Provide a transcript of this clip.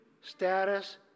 status